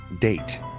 date